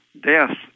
death